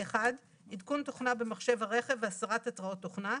עדכון תוכנה במחשב הרכב והסרת התרעות תוכנה.